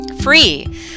free